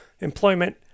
employment